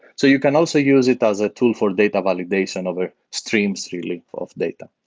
so you can also use it as a tool for data validation over streams, really, of data.